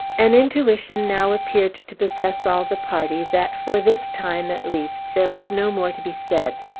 an intuition now appeared to possess all the party, that, for this time, at least, there was no more to be said.